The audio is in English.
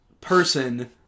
person